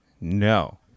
No